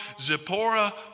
zipporah